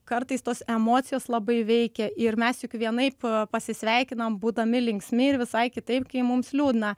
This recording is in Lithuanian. kartais tos emocijos labai veikia ir mes juk vienaip pasisveikinam būdami linksmi ir visai kitaip kai mums liūdna